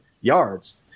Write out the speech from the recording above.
yards